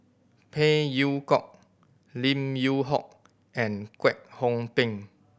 Phey Yew Kok Lim Yew Hock and Kwek Hong Png